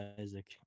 Isaac